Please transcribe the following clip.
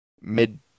mid